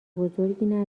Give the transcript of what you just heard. بزرگی